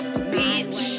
Bitch